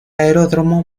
aeródromo